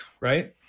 right